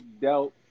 dealt